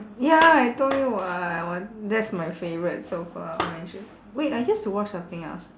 ya I told you [what] I want that's my favourite so far orange wait I used to watch something else